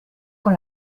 con